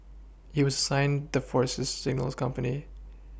he was assigned the force's signals company